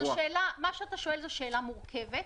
אתה שואל שאלה מורכבת.